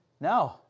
No